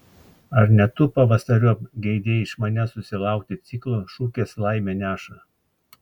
ar ne tu pavasariop geidei iš manęs susilaukti ciklo šukės laimę neša